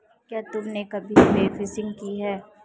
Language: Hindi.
क्या तुमने कभी बोफिशिंग की है?